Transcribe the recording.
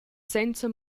senza